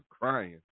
crying